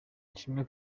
ishimwe